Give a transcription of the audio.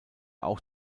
auch